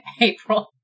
April